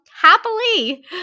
happily